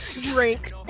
Drake